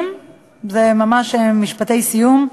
זה ממש משפטי סיום.